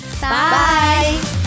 Bye